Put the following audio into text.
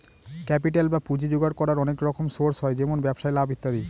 capital বা পুঁজি জোগাড় করার অনেক রকম সোর্স হয় যেমন ব্যবসায় লাভ ইত্যাদি